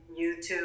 YouTube